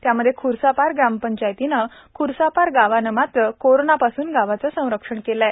त्यामध्ये ख्र्सापार ग्रामपंचायतीने ख्र्सापार गावाने मात्र कोरोना पासून गावाचे संरक्षण केले आहे